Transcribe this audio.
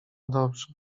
dobrze